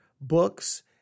Books